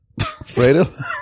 Fredo